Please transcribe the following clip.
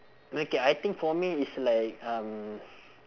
okay I think for me is like um